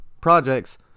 projects